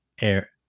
air